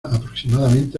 aproximadamente